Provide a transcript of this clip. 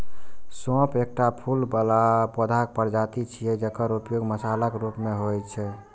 सौंफ एकटा फूल बला पौधाक प्रजाति छियै, जकर उपयोग मसालाक रूप मे होइ छै